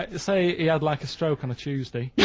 ah say he had like a stroke on a tuesday,